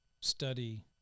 study